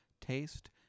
taste